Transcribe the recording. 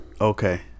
okay